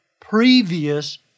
previous